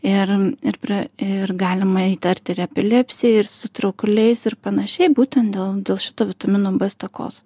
ir ir prie ir galima įtarti ir epilepsiją ir su traukuliais ir panašiai būtent dėl dėl šito vitamino b stokos